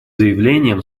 заявлением